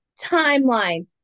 timeline